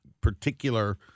particular